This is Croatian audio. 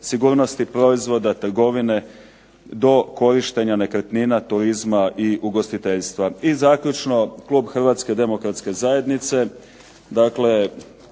sigurnosti proizvoda, trgovine do korištenja nekretnina, turizma i ugostiteljstva. I zaključno, klub Hrvatske demokratske zajednice